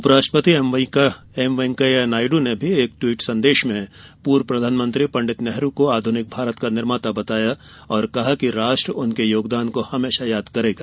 उपराष्ट्रपति एमवैंकैया नायड् ने एक ट्वीट संदेश में पूर्व प्रधानमंत्री पंडित नेहरू को आधुनिक भारत का निर्माता बताया और कहा कि राष्ट्र उनके योगदान को हमेशा याद करेगा